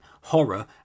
horror